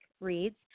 reads